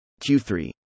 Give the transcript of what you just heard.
Q3